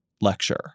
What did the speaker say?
lecture